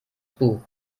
buch